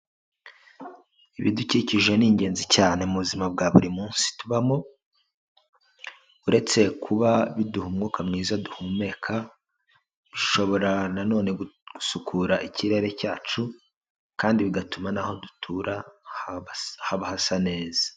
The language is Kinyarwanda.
Ibidukikije ni ingenzi cyane mu buzima bwa buri munsi tubamo, uretse kuba biduha umwuka mwiza duhumeka, bishobora nanone gusukura ikirere cyacu kandi bigatuma n'aho dutura haba hasa neza.